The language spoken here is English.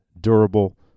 durable